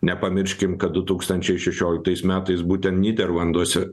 nepamirškim kad du tūkstančiai šešioliktais metais būtent nyderlanduose